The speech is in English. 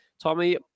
Tommy